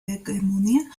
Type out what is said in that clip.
hegemonía